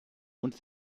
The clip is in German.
und